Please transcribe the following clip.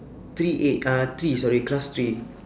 three A car three sorry class three